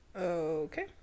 Okay